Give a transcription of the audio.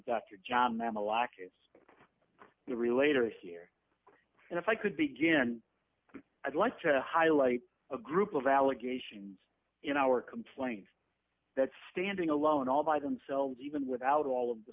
the relator here and if i could begin i'd like to highlight a group of allegations in our complaint that standing alone all by themselves even without all of the